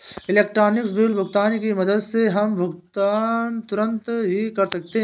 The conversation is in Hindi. इलेक्ट्रॉनिक बिल भुगतान की मदद से हम भुगतान तुरंत ही कर सकते हैं